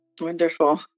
Wonderful